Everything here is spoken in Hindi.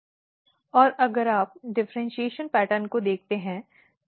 और अगर आप डिफ़र्इन्शीएशन पैटर्न को देखते हैं तो यह QC है